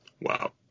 Wow